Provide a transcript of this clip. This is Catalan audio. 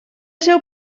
seu